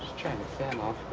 turn the fan off.